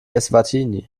eswatini